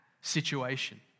situation